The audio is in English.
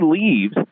leaves